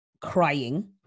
crying